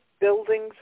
buildings